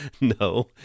No